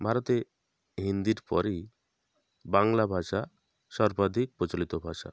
ভারতে হিন্দির পরেই বাংলা ভাষা সর্বাধিক প্রচলিত ভাষা